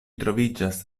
troviĝas